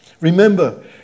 Remember